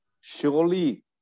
surely